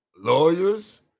lawyers